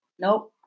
Nope